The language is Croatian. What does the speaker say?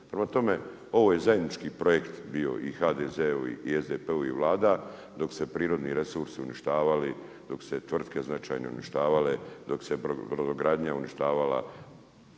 Prema tome, ovo je zajednički projekt bio i HDZ-ovi i SDP-ovih Vladam dok se prirodni resursi uništavali, dok se tvrtke značajno uništavale, dok se brodogradnja uništavala,